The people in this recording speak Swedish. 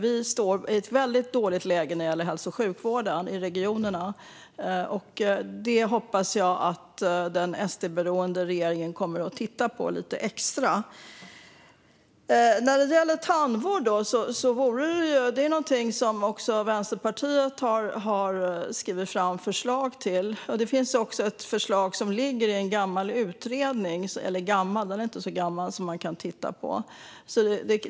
Vi står i ett väldigt dåligt läge när det gäller hälso och sjukvården i regionerna, och det hoppas jag att den SD-beroende regeringen kommer att titta på lite extra. När det gäller tandvård är det något som också Vänsterpartiet har skrivit fram förslag till. Det finns också ett förslag som ligger i en utredning som man kan titta på.